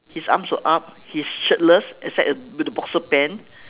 his arms were up he's shirtless except a with a boxer pant